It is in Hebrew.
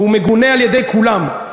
והוא מגונה על-ידי כולם,